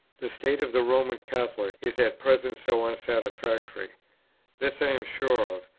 the state of the roman catholics is at present so unsatisfactory. this i am sure of,